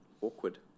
Awkward